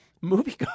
movie